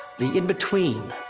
the in-between.